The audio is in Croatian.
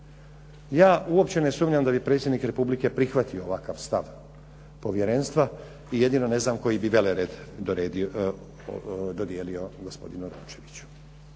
Ja uopće ne sumnjam da bi predsjednik Republike prihvatio ovakav stav povjerenstva i jedino ne znam koji bi vlered dodijelio gospodinu Rončeviću.